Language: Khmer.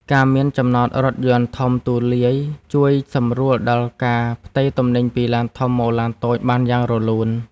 ការមានចំណតរថយន្តធំទូលាយជួយសម្រួលដល់ការផ្ទេរទំនិញពីឡានធំមកឡានតូចបានយ៉ាងរលូន។